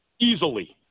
Easily